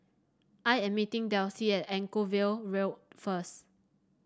I am meeting Delsie at Anchorvale Road first